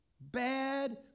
bad